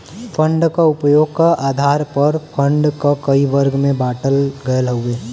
fund क उपयोग क आधार पर फण्ड क कई वर्ग में बाँटल गयल हउवे